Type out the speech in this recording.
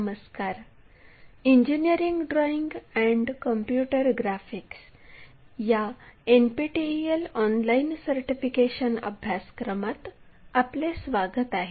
नमस्कार engineering drawing and computer graphics या NPTEL online certification अभ्यासक्रमात आपले स्वागत आहे